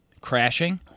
Crashing